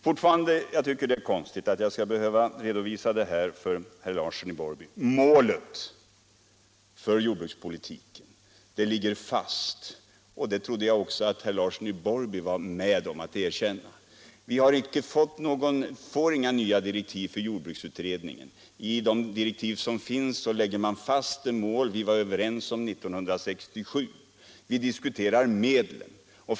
Fortfarande tycker jag det är konstigt att jag skall behöva redovisa målet för jordbrukspolitiken för herr Larsson i Borrby. Det ligger fast. Och det trodde jag också att herr Larsson i Borrby skulle vara villig att skriva under på. Vi får ju inga nya direktiv för jordbruksutredningen. I de befintliga direktiven läggs mål fast som vi var överens om 1967. Vi diskuterar medlen.